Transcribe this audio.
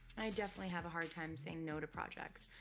i definitely have a hard time saying no to projects,